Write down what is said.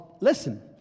listen